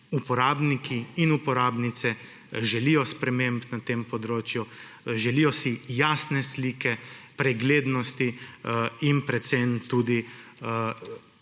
uporabniki in uporabnice želijo sprememb na tem področju, želijo si jasne slike, preglednosti in predvsem tudi